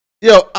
Yo